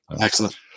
Excellent